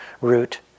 root